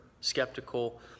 skeptical